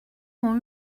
ont